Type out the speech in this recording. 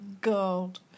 God